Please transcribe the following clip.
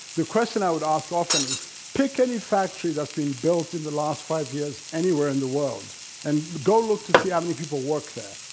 the question i would ask often is pick any factory that's been built in the last five years anywhere in the world and go look to see how many people work there.